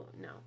no